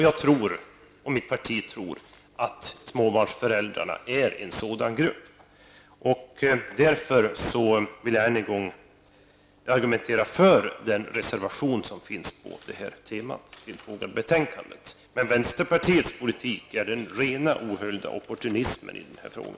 Jag och mitt parti tror att småbarnsföräldrarna är en sådan grupp. Därför vill jag än en gång argumentera för den reservation som fogats till betänkandet. Men vänsterpartiets politik är ren och ohöljd opportunism i denna fråga.